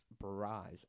barrage